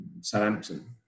Southampton